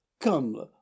come